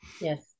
yes